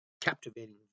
captivating